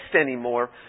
anymore